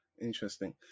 interesting